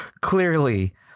clearly